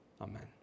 Amen